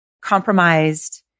compromised